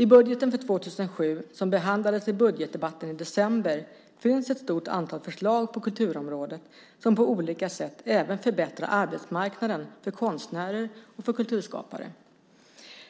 I budgeten för 2007, som behandlades i budgetdebatten i december, finns ett stort antal förslag på kulturområdet som på olika sätt även förbättrar arbetsmarknaden för konstnärer och kulturskapare.